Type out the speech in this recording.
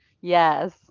Yes